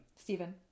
Stephen